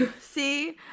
See